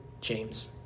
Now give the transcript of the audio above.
James